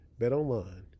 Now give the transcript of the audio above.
BetOnline